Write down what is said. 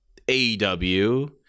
AEW